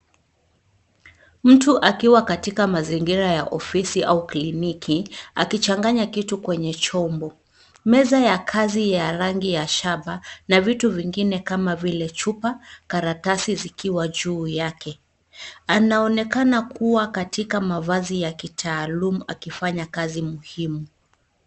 Mtu akiwa katika mazingira ya ofisi au kliniki akichanganya kitu kwenye chombo. Meza ya kazi ya rangi ya shaba na vitu vingine kama vile chupa, karatasi zikiwa juu yake. Anaonekana kuwa katika mavazi ya kitaaluma akifanya kazi muhimu.